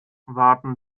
warten